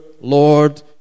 Lord